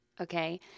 okay